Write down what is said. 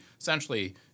essentially